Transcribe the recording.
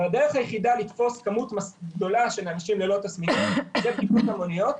הדרך היחידה לתפוס כמות גדולה של אנשים ללא תסמינים זה בבדיקות המוניות.